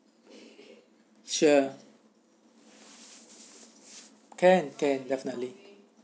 sure can can definitely